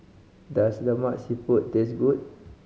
does Lemak Siput taste good